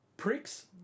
Pricks